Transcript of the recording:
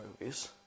movies